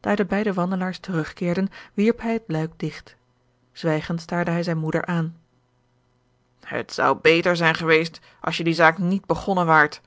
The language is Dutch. daar de beide wandelaars terugkeerden wierp hij het luik digt zwijgend staarde hij zijne moeder aan het zou beter zijn geweest als je die zaak niet begonnen waart